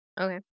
Okay